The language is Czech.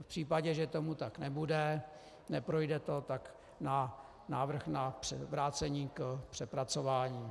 V případě, že tomu tak nebude, neprojde to, tak návrh na vrácení k přepracování.